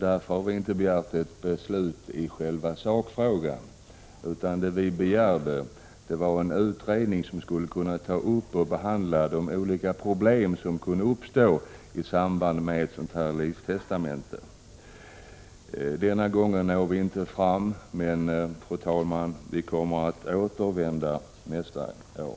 Därför har vi inte begärt beslut i själva sakfrågan, utan en utredning som skulle kunna diskutera de olika problem som kunde uppstå i samband med upprättande av ett livstestamente. Denna gång når vi inte fram men, fru talman, vi lovar att återkomma nästa år.